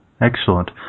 Excellent